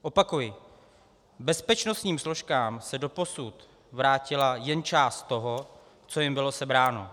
Opakuji, bezpečnostním složkám se doposud vrátila jen část toho, co jim bylo sebráno.